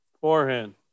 Forehand